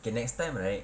K next time right